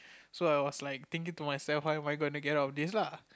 so I was like thinking to myself how I am going to get out of this lah